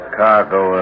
cargo